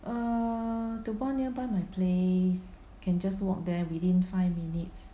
err the one nearby my place can just walk there within five minutes